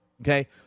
Okay